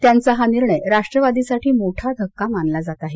त्यांच्या हा निर्णय राष्ट्रवादीसाठी मोठा धक्का मानला जात आहे